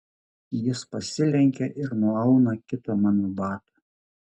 jis pasilenkia ir nuauna kitą mano batą